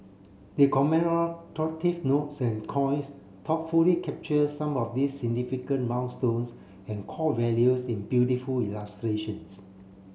the notes and coins coins thoughtfully capture some of these significant milestones and core values in beautiful illustrations